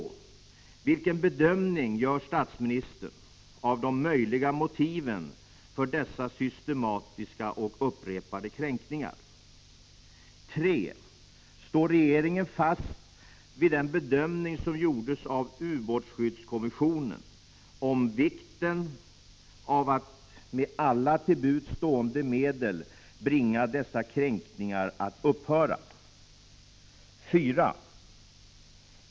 Vilken bedömning gör statsministern av de möjliga motiven för dessa systematiska och upprepade kränkningar? 3. Står regeringen fast vid den bedömning som gjordes av ubåtsskydds kommissionen om vikten av att med alla till buds stående medel bringa dessa — Prot. 1985/86:52 kränkningar att upphöra? 16 december 1985 4.